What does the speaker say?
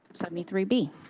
seventy three b.